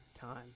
time